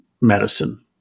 medicine